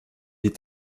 est